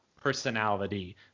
personality